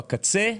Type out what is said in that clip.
בקצה,